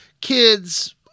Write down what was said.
kids